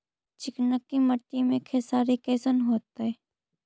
चिकनकी मट्टी मे खेसारी कैसन होतै?